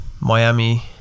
Miami